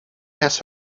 has